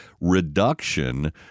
reduction